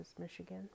Michigan